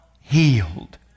healed